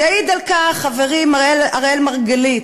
יעיד על כך חברי אראל מרגלית,